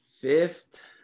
fifth